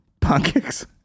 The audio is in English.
pancakes